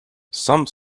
some